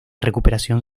recuperación